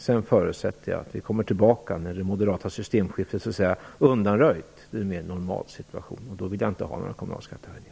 Jag förutsätter att vi kommer tillbaka när det moderata systemskiftet undanröjts av en mer normal situation. Då vill jag inte ha några kommunalskattehöjningar.